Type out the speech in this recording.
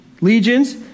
legions